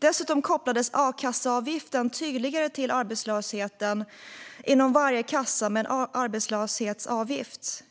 Dessutom kopplades akasseavgiften tydligare till arbetslösheten inom varje kassa med en arbetslöshetsavgift.